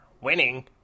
Winning